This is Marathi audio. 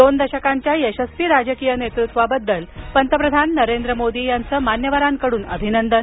दोन दशकांच्या यशस्वी राजकीय नेतृत्वाबद्दल पंतप्रधान नरेंद्र मोदी यांचं मान्यवरांकडून अभिनंदन